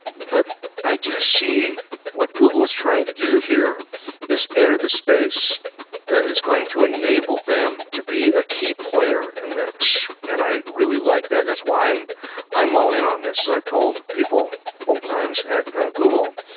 but i do see what google's trying to do here is enter the space that is going to enable them to be a key player in this, and i really like that. that's why i'm i'm all in on this as i've told people multiple times at ah google,